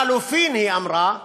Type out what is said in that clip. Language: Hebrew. לחלופין, היא אמרה,